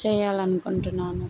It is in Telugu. చేయాలనుకుంటున్నాను